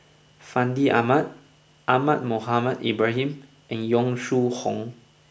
Fandi Ahmad Ahmad Mohamed Ibrahim and Yong Shu Hoong